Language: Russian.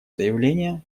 заявление